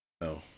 No